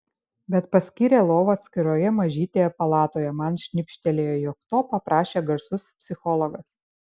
bet paskyrė lovą atskiroje mažytėje palatoje man šnibžtelėjo jog to paprašė garsus psichologas